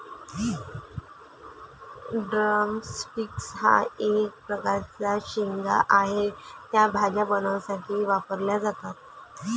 drum sticks हा एक प्रकारचा शेंगा आहे, त्या भाज्या बनवण्यासाठी वापरल्या जातात